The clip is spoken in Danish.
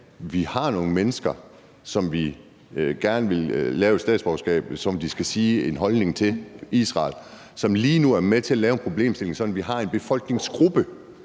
vi har nogle mennesker, som vi gerne vil lave et statsborgerskab, som skal tilkendegive en holdning til Israel, og som lige nu er med til at lave en problemstilling, sådan at vi har en befolkningsgruppe